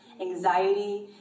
anxiety